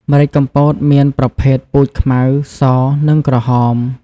ម្រេចកំពតមានប្រភេទពូជខ្មៅ ស និងក្រហម។